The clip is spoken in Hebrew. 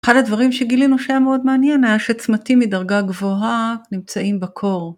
אחד הדברים שגילינו שהיה מאוד מעניין היה שצמתים מדרגה גבוהה נמצאים בקור.